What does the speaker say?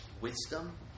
wisdom